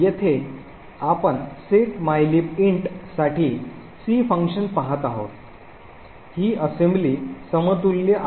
येथे आपण set mylib int साठी C फंक्शन पाहत आहोत आणि असेंब्ली समतुल्य आहे